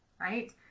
right